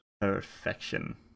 perfection